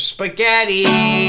Spaghetti